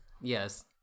Yes